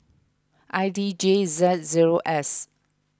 I D J Z zero S